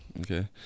Okay